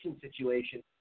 situation